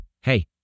Hey